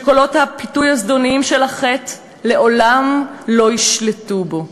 שקולות הפיתוי הזדוניים של החטא לעולם לא ישלטו בו,